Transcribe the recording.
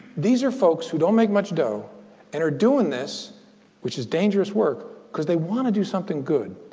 these are folks who don't make much dough and are doing this which is dangerous work because they want to do something good.